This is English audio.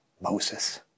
Moses